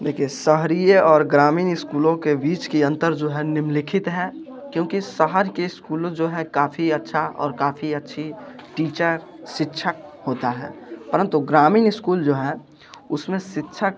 देखिए शहरीय और ग्रामीण स्कूलों के बीच की अंतर जो है निम्नलिखित है क्योंकि शहर के स्कूलों जो है काफ़ी अच्छा और काफ़ी अच्छी टीचर शिक्षक होता है परंतु ग्रामीण स्कूल जो हैं उसमें शिक्षक